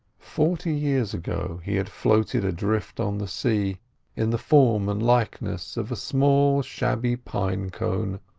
forty years ago he had floated adrift on the sea in the form and likeness of a small shabby pine-cone,